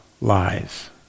lies